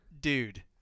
dude